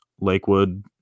Lakewood